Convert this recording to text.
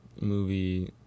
movie